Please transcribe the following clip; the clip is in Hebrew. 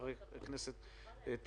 חברי הכנסת טיבי,